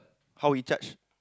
how he charge